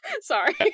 Sorry